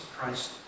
Christ